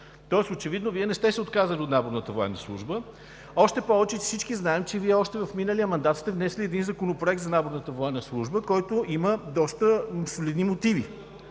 Тоест очевидно Вие не сте се отказали от наборната военна служба, още повече, всички знаем, че Вие още в миналия мандат сте внесли Законопроект за наборната военна служба, който има доста солидни мотиви.